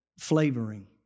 flavoring